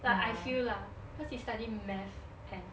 but I feel lah cause he study math and